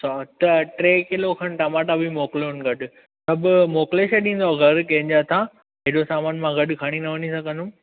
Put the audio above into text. सौ टे किलो खनि टमाटा बि मोकिलियोनि गॾु सभु मोकिले छॾींदव घरु कंहिंजे हथां हेॾो सामान मां गॾु खणी न वञी सघंदुमि